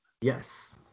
Yes